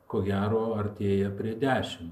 ko gero artėja prie dešim